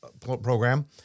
program